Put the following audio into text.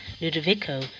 Ludovico